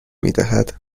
میدهد